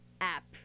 app